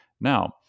Now